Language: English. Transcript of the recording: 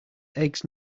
eggs